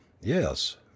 yes